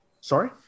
sorry